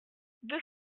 deux